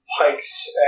pikes